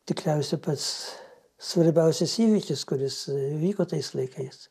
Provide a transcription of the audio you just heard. tikriausiai pats svarbiausias įvykis kuris įvyko tais laikais